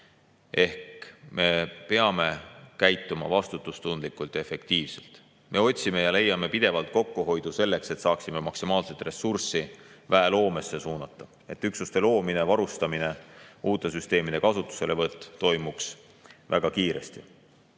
Me peame käituma vastutustundlikult ja efektiivselt. Me otsime ja leiame pidevalt kokkuhoidu selleks, et saaksime maksimaalset ressurssi väeloomesse suunata, et üksuste loomine, varustamine ja uute süsteemide kasutuselevõtt toimuks väga kiiresti.